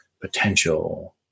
potential